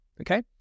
okay